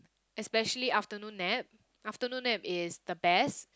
especially afternoon nap afternoon nap is the best